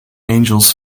angels